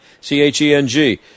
C-H-E-N-G